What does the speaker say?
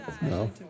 no